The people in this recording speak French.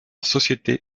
société